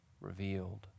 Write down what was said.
revealed